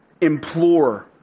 implore